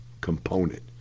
component